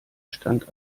stand